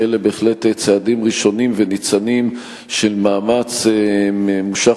שאלה בהחלט צעדים ראשונים וניצנים של מאמץ ממושך